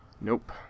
Nope